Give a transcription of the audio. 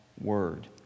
Word